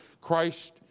Christ